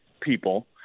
people